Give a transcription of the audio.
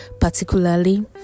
particularly